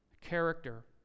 character